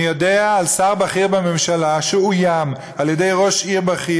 אני יודע על שר בכיר בממשלה שאוים על-ידי ראש עיר בכיר,